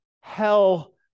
hell